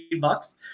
bucks